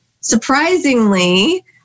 surprisingly